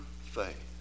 faith